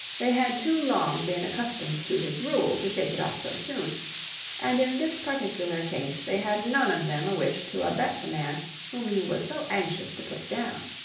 they had too long been accustomed to his rule to shake it off so soon and in this particular case they had none of them a wish to abet the man whom he was so anxious to put down.